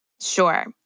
Sure